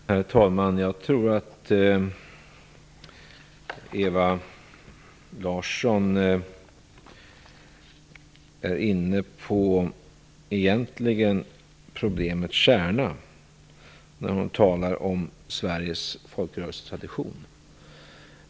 Herr talman! Jag tror att Ewa Larsson egentligen är inne på problemets kärna när hon talar om Sveriges folkrörelsetradition.